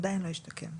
השתקם.